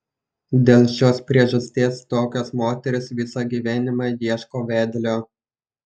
dėl šios priežasties tokios moterys visą gyvenimą ieško vedlio